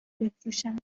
بفروشند